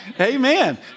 amen